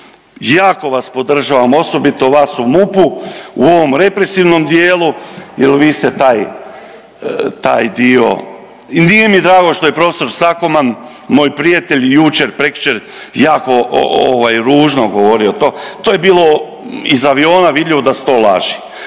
jako vas podržavam osobito vas u MUP-u u ovom represivnom dijelu jer vi ste taj, taj dio i nije mi drago što je profesor Sakoman, moj prijatelj jučer, prekjučer jako ovaj ružno govorio to. To je bilo iz aviona vidljivo da su to laži.